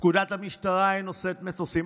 פקודת המשטרה היא נושאת מטוסים.